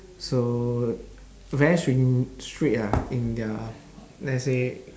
so very string~ strict ah in the let's say